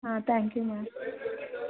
thank you ma'am